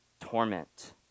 torment